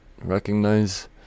recognize